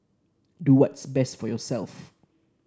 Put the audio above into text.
do what's best for yourself